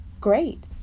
great